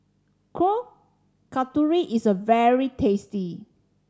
Kuih Kasturi is a very tasty